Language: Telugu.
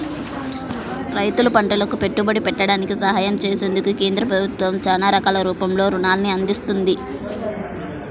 రైతులు పంటలకు పెట్టుబడి పెట్టడానికి సహాయం చేసేందుకు కేంద్ర ప్రభుత్వం చానా రకాల రూపంలో రుణాల్ని అందిత్తంది